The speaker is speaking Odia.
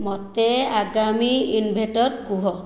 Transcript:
ମୋତେ ଆଗାମୀ ଇନଭେଟର୍ କୁହ